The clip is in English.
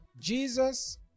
jesus